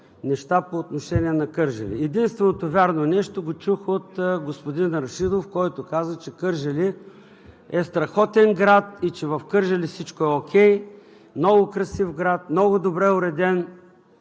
неща по отношение на Кърджали, че единственото вярно нещо го чух от господин Рашидов, който каза, че Кърджали е страхотен град и че в Кърджали всичко е окей – много красив град, много добре уреден.